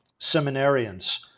seminarians